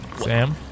Sam